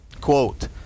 Quote